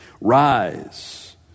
Rise